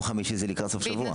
יום חמישי זה לקראת סופשבוע.